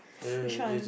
which one